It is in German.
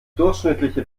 durchschnittliche